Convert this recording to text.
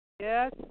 Yes